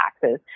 taxes